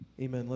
amen